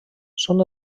són